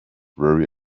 very